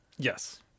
Yes